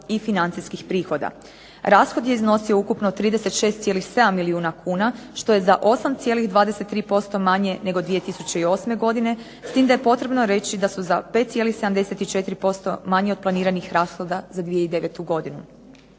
i financijskih prihoda. Rashod je iznosio ukupno 36,7 milijuna kuna što je za 8,23% manje nego 2008. godine. S tim da je potrebno reći da su 5,74% manji od planiranih rashoda za 2009. godinu.